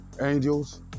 angels